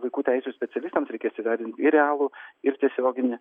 vaikų teisių specialistams reikės įvertint ir realų ir tiesioginį